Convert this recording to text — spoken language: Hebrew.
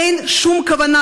אין שום כוונה,